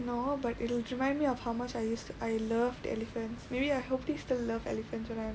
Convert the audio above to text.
no but it'll remind me of how much I used to I loved elephants maybe I hope I'll will still love elephant when I'm